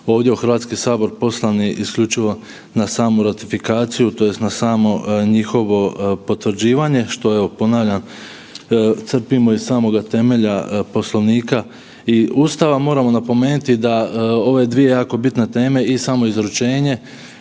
ovdje u Hrvatski sabor poslani isključivo na samu ratifikaciju tj. na samo njihovo potvrđivanje, što evo ponavljam crpimo iz samoga temelja Poslovnika i Ustava. Moramo napomenuti da ove dvije jako bitne teme i samoizručenje,